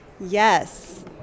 yes